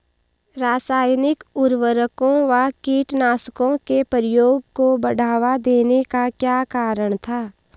रासायनिक उर्वरकों व कीटनाशकों के प्रयोग को बढ़ावा देने का क्या कारण था?